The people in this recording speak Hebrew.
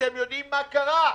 אתם יודעים מה קרה?